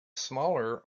smaller